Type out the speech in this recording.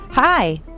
Hi